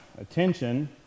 attention